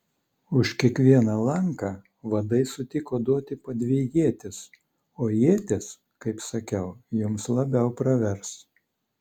už kiekvieną lanką vadai sutiko duoti po dvi ietis o ietys kaip sakiau jums labiau pravers